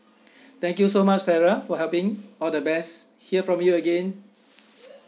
thank you so much sarah for helping all the best hear from you again